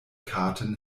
karten